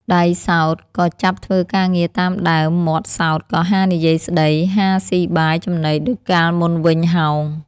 ដៃសោតក៏ចាប់ធ្វើការងារតាមដើម មាត់សោតក៏ហានិយាយស្តី ហាស៊ីបាយចំណីដូចកាលមុនវិញ ហោង ។